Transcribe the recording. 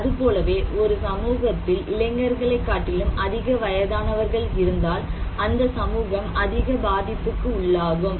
அதுபோலவே ஒரு சமூகத்தில் இளைஞர்களை காட்டிலும் அதிக வயதானவர்கள் இருந்தால் அந்த சமூகம் அதிக பாதிப்புக்கு உள்ளாகும்